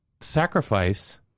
sacrifice